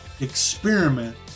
experiment